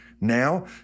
Now